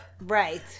Right